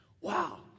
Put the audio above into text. Wow